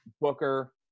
Booker